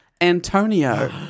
Antonio